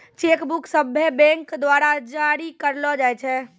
cheque book सभ्भे bank द्वारा जारी करलो जाय छै